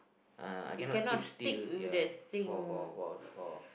uh I cannot keep still ya for for for for